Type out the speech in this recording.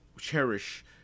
cherish